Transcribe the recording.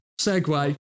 segue